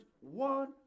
one